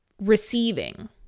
receiving